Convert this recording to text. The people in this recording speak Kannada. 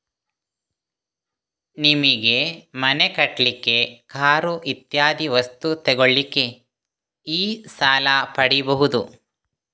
ನಿಮಿಗೆ ಮನೆ ಕಟ್ಲಿಕ್ಕೆ, ಕಾರು ಇತ್ಯಾದಿ ವಸ್ತು ತೆಗೊಳ್ಳಿಕ್ಕೆ ಈ ಸಾಲ ಪಡೀಬಹುದು